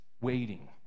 waiting